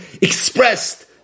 expressed